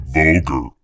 vulgar